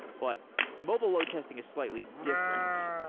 but mobile load testing is slightly different.